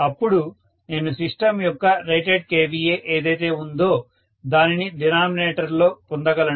అప్పుడు నేను సిస్టం యొక్క రేటెడ్ kVA ఏదైతే ఉందో దానిని డినామినేటర్ లో పొందగలను